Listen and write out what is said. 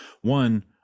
one